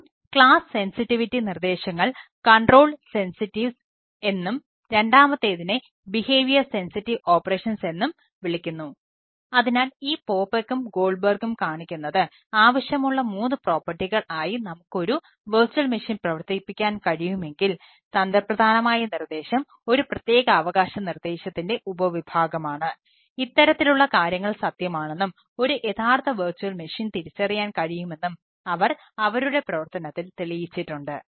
മുൻ ക്ലാസ് തിരിച്ചറിയാൻ കഴിയുമെന്നും അവർ അവരുടെ പ്രവർത്തനത്തിൽ തെളിയിച്ചിട്ടുണ്ട്